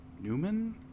Newman